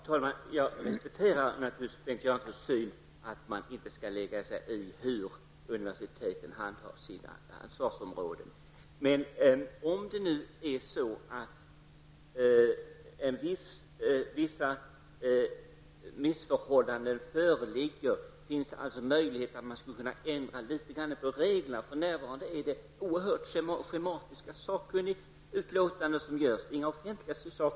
Fru talman! Jag respekterar Bengt Göranssons synsätt, dvs. att man inte skall lägga sig i hur universiteten handhar sina ansvarsområden. Men om vissa missförhållanden föreligger, finns det då möjlighet att ändra på reglerna? För närvarande är de sakkunnigutlåtanden som görs oerhört schematiska.